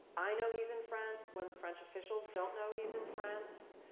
i know he's in france when the french officials don't know he's in france.